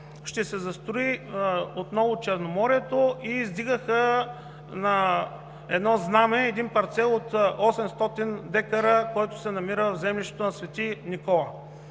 ще се застрои отново Черноморието и издигаха едно знаме – един парцел от 800 декара, който се намира в землището на „Св. Никола“.